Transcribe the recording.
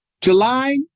July